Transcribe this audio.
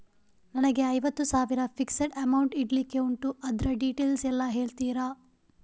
ನನಗೆ ಐವತ್ತು ಸಾವಿರ ಫಿಕ್ಸೆಡ್ ಅಮೌಂಟ್ ಇಡ್ಲಿಕ್ಕೆ ಉಂಟು ಅದ್ರ ಡೀಟೇಲ್ಸ್ ಎಲ್ಲಾ ಹೇಳ್ತೀರಾ?